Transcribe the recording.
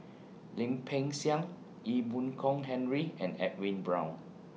Lim Peng Siang Ee Boon Kong Henry and Edwin Brown